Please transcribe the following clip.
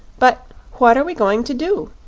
but what are we going to do?